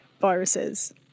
viruses